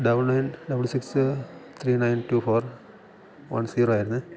double nine double six three nine two four one zero ആയിരുന്നു